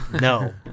No